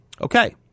Okay